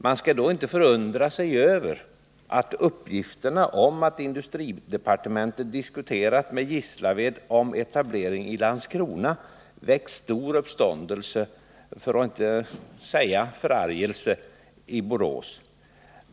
Man skall då inte förundra sig över att uppgifterna om att industridepartementet diskuterat med Gislaved om etablering i Landskrona väckt stor uppståndelse — för att inte säga förargelse — i Borås.